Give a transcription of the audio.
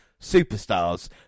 superstars